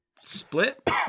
split